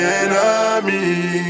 enemy